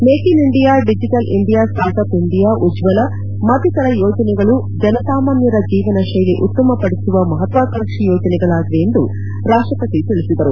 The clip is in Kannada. make in India digital India startup India Ujjwala ಮತ್ತಿತರ ಯೋಜನೆಗಳು ಜನಸಾಮಾನ್ಯರ ಜೀವನಶೈಲಿ ಉತ್ತಮ ಪಡಿಸುವ ಮಹತ್ವಾಕಾಂಕ್ಷಿ ಯೋಜನೆಗಳಾಗಿವೆ ಎಂದು ರಾಷ್ಷಪತಿ ತಿಳಿಸಿದರು